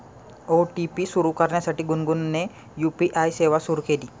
OTP सुरू करण्यासाठी गुनगुनने यू.पी.आय सेवा सुरू केली